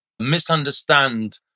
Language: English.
misunderstand